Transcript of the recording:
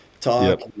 talk